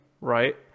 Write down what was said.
right